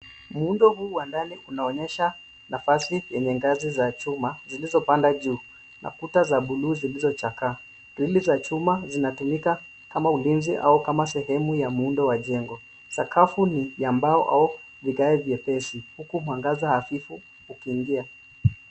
Muundo huu wa ndani unaonyesha nafasi yenye ngazi za chuma zilizopanda juu, na kuta za bluu zilizochakaa. Grill za chuma zinatumika kama ulinzi au kama sehemu ya muundo wa jengo. Sakafu ni ya mbao au vigae vyepesi, huku mwangaza hafifu ukiingia.